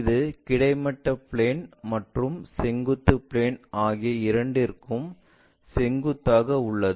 இது கிடைமட்ட பிளேன் மற்றும் செங்குத்து பிளேன் ஆகிய இரண்டிற்கும் செங்குத்தாக உள்ளது